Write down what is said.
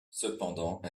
cependant